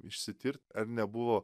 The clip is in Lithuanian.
išsitirt ar nebuvo